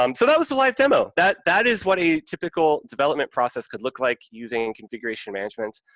um so, that was the live demo. that that is what a typical development process could look like using configuration management.